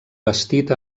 bastit